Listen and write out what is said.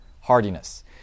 hardiness